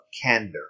candor